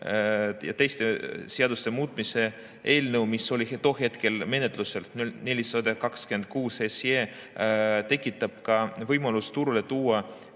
ja teiste seaduste muutmise seaduse eelnõu, mis oli tol hetkel menetluses, 426 SE, tekitab võimaluse turule tuua